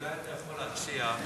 אולי אתה יכול להציע,